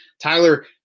Tyler